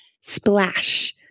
Splash